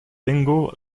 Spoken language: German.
ingo